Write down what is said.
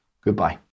Goodbye